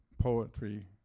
poetry